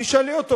תשאלי אותו.